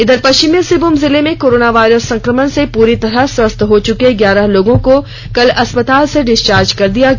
इधर पश्चिमी सिंहभूम जिले में कोरोनावायरस संक्रमण से पूरी तरह स्वस्थ हो चुके ग्यारह लोगो को कल अस्पताल से डिस्चार्ज कर दिया गया